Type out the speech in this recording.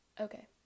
okay